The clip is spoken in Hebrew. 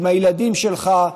עם הילדים שלך,